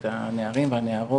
את הנערים והנערות,